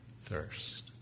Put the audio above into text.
thirst